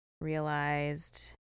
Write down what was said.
realized